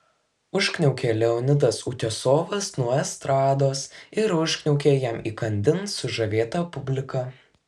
užkniaukė leonidas utiosovas nuo estrados ir užkniaukė jam įkandin sužavėta publika